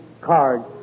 card